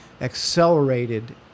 accelerated